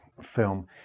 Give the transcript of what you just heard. film